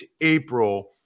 April